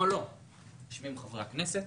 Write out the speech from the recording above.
במהלך הדיון על חוק ההסדרים,